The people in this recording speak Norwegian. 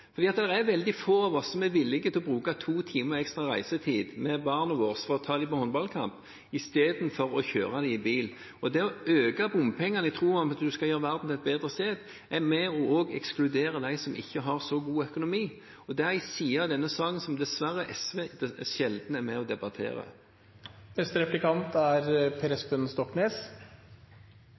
Det er veldig få av oss som er villige til å bruke to timer ekstra reisetid med barna våre for å ta dem på håndballkamp istedenfor å kjøre dem i bil. Det å øke bompengene i den tro at det skal gjøre verden til et bedre sted, er med på å ekskludere dem som ikke har så god økonomi, og det er en side av denne saken som SV dessverre sjelden er med